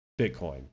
Bitcoin